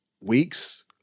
weeks